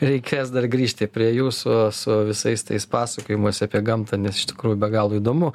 reikės dar grįžti prie jūsų su visais tais pasakojimais apie gamtą nes iš tikrųjų be galo įdomu